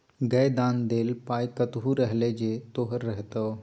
गै दान देल पाय कतहु रहलै जे तोहर रहितौ